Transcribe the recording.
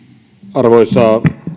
arvoisa